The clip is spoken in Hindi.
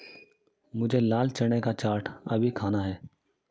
मुझे लाल चने का चाट अभी खाना है